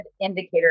indicator